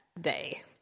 day